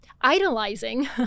idolizing